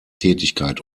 tätigkeit